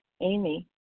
Amy